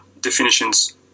definitions